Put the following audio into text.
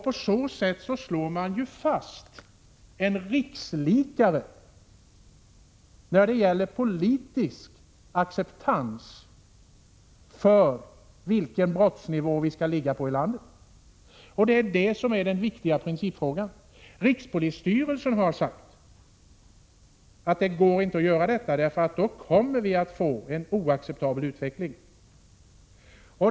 På så sätt slår man fast en rikslikare när det gäller politisk acceptans för vilken brottsnivå som vi skall ligga på i landet. Det är den viktiga principfrågan, och rikspolisstyrelsen har sagt att det inte går att göra på detta sätt, eftersom vi då kommer att få en oacceptabel utveckling.